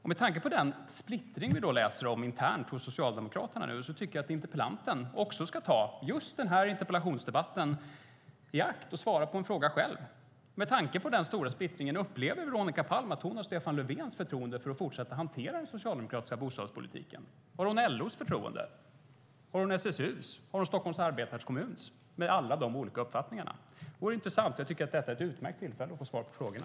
Med tanke på den splittring som finns internt hos Socialdemokraterna, som vi läser om, tycker jag att interpellanten ska ta tillfället i akt att under den här interpellationsdebatten själv svara på en fråga: Upplever Veronica Palm, med tanke på den stora splittringen, att hon har Stefan Löfvens förtroende att fortsätta hantera den socialdemokratiska bostadspolitiken? Har hon LO:s förtroende? Har hon SSU:s? Har hon Stockholms arbetarekommuns? Jag tänker på alla de olika uppfattningarna. Det vore intressant att veta det. Jag tycker att detta är ett utmärkt tillfälle att få svar på frågorna.